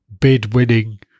bid-winning